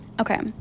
Okay